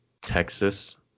Texas